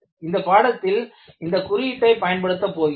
இந்த பாடத்தில் இந்த குறியீட்டைப் பயன்படுத்த போகிறோம்